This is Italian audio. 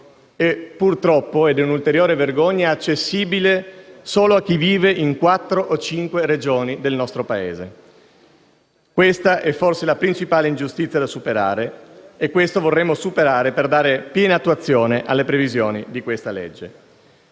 purtroppo - ed è un'ulteriore vergogna - è un diritto accessibile solo a chi vive in quattro o cinque Regioni del nostro Paese; questa è forse la principale ingiustizia da superare e noi vorremmo farlo per dare piena attuazione alle previsioni di questa legge.